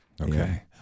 Okay